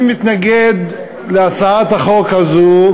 אני מתנגד להצעת החוק הזאת,